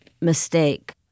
mistake